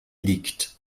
liegt